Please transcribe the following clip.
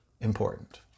important